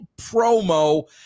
promo